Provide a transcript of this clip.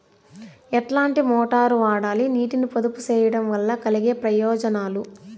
ఎట్లాంటి మోటారు వాడాలి, నీటిని పొదుపు సేయడం వల్ల కలిగే ప్రయోజనాలు?